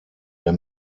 der